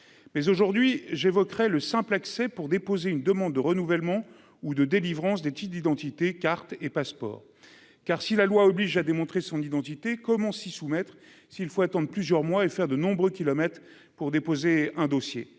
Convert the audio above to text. mais aujourd'hui j'évoquerai le simple accès pour déposer une demande de renouvellement ou de délivrance des petites d'identité, carte et passeport car si la loi oblige à démontrer son identité comme on s'y soumettre, s'il faut attendre plusieurs mois, et faire de nombreux kilomètres pour déposer un dossier